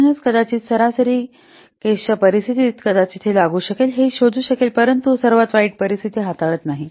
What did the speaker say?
म्हणूनच कदाचित सरासरी केसांच्या परिस्थितीत कदाचित हे लागू शकेल हे शोधू शकेल परंतु हे सर्वात वाईट परिस्थिती हाताळत नाही